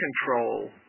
Control